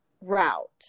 route